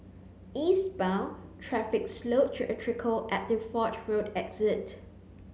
eastbound traffic slowed to a trickle at the Fort Road exit